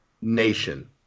nation